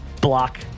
block